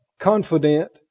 confident